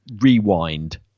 rewind